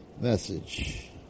Message